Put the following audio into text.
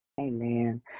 Amen